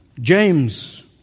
James